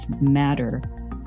matter